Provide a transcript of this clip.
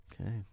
Okay